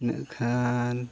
ᱤᱱᱟᱹᱜ ᱠᱷᱟᱱ